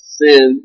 sin